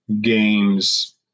games